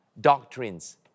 doctrines